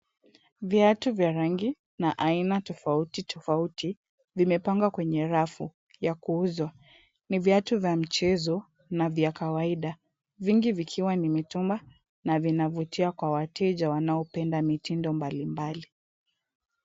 Viatu vya rangi na aina tofauti tofauti vimepangwa kwenye rafu ya kuuzwa. Ni viatu vya michezo na vya kawaida vingi vikiwa ni mitumba na vinavutia kwa wateja wanaopenda mitindo mbalimbali.